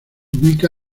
ubica